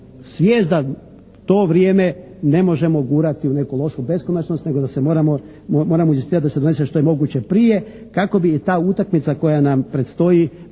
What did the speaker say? svijest da to vrijeme ne možemo gurati u neku lošu beskonačnost nego da se moramo inzistirati da se donese što je moguće prije kako bi ta utakmica koja nam predstoji